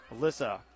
Alyssa